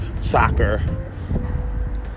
soccer